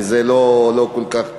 וזה לא כל כך צלח.